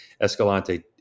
Escalante